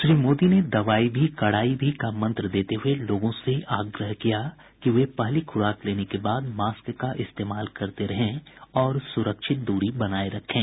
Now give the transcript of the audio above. श्री मोदी ने दवाई भी कड़ाई भी का मंत्र देते हुए लोगों से आग्रह किया कि वे पहली खुराक लेने के बाद मास्क का इस्तेमाल करते रहें और सुरक्षित दूरी बनाए रखें